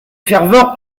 ferveur